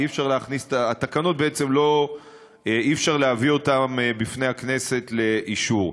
בעצם אי-אפשר להביא התקנות בפני הכנסת לאישור.